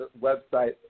website